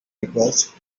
request